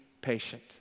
patient